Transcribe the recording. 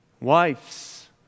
Wives